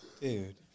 Dude